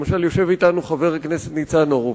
למשל, יושב אתנו חבר הכנסת ניצן הורוביץ,